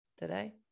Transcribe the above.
today